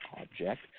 object